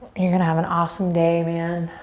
you're gonna have an awesome day, man.